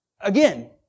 again